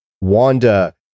Wanda